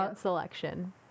selection